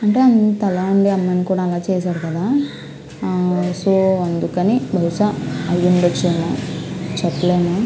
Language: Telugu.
అంటే అంతలా ఉండే ఆ అమ్మాయిని కూడా కూడా అలా చేశాడు కదా సో అందుకని బహుశా అయిఉండచ్చేమో చెప్పలేము